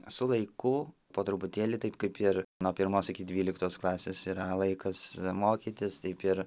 su laiku po truputėlį taip kaip ir nuo pirmos iki dvyliktos klasės yra laikas mokytis taip ir